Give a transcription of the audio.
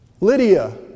Lydia